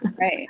Right